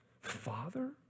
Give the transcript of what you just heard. Father